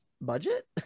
budget